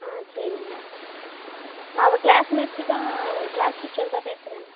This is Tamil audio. ஆ சரிங்கம்மா நான் அவள் க்ளாஸ் மிஸ்ஸு தான் க்ளாஸ் டீச்சர் தான் பேசுகிறேன்